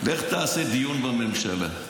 לך תעשה דיון בממשלה.